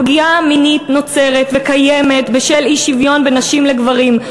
הפגיעה המינית נוצרת וקיימת בשל אי-שוויון בין נשים לגברים,